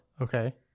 Okay